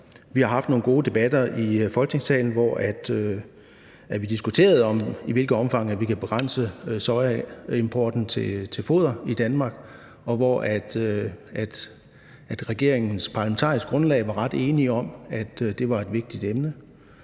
Vi har haft nogle gode debatter i Folketingssalen, hvor vi har diskuteret, i hvilket omfang vi kan begrænse sojaimporten til foder i Danmark, og hvor regeringens parlamentariske grundlag har været ret enige om, at det var et vigtigt emne.